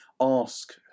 ask